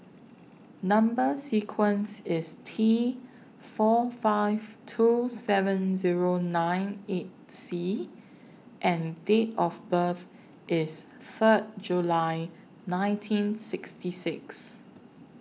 Number sequence IS T four five two seven Zero nine eight C and Date of birth IS Third July nineteen sixty six